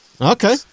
Okay